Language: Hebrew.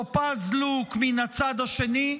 טופז לוק מן הצד השני.